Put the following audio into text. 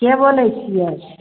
के बोलै छियै